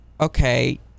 okay